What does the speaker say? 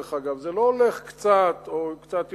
דרך אגב, זה לא הולך קצת, או קצת יותר.